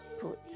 put